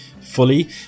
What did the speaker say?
fully